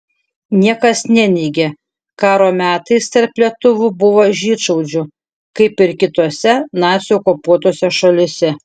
niekas neneigia karo metais tarp lietuvių buvo žydšaudžių kaip ir kitose nacių okupuotose šalyse